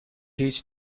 هیچ